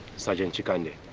sergeant chikande.